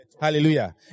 Hallelujah